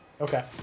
Okay